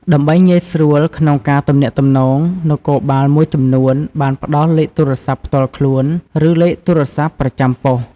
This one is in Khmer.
ដើម្បីងាយស្រួលក្នុងការទំនាក់ទំនង នគរបាលមួយចំនួនបានផ្តល់លេខទូរស័ព្ទផ្ទាល់ខ្លួន ឬលេខទូរស័ព្ទប្រចាំប៉ុស្តិ៍។